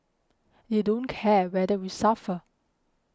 they don't care whether we suffer